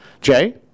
Jay